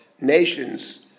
nations